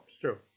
True